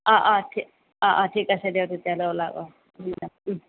অঁ অঁ অঁ অঁ ঠিক আছে দিয়ক তেতিয়াহ'লে ওলাব